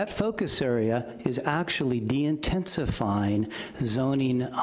but focus area is actually de-intensifying zoning